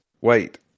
wait